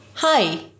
Hi